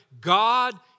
God